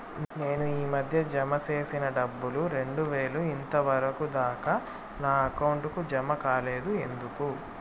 నేను ఈ మధ్య జామ సేసిన డబ్బులు రెండు వేలు ఇంతవరకు దాకా నా అకౌంట్ కు జామ కాలేదు ఎందుకు?